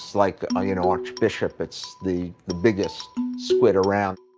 like, ah you know, archbishop. it's the the biggest squid around.